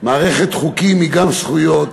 מערכת חוקים היא גם זכויות